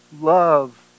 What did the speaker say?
love